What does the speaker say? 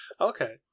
Okay